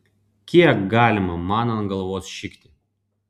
kiek galima man ant galvos šikti